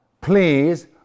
please